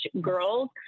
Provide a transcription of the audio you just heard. girls